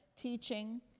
teaching